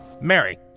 Mary